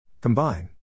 Combine